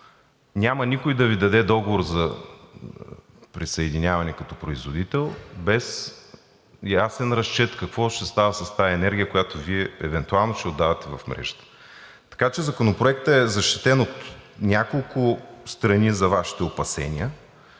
Няма никой да Ви даде договор за присъединяване като производител без ясен разчет какво ще става с тази енергия, която Вие евентуално ще отдавате в мрежата, така че Законопроектът е защитен от няколко страни за Вашите опасения.